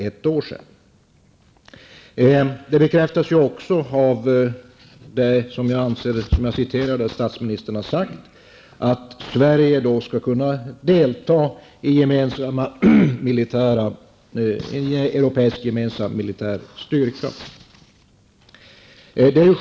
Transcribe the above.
Statsministern bekräftar också i det citat som jag läste upp att Sverige skall kunna delta i en gemensam europeisk militär styrka.